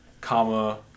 comma